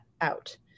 out